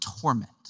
torment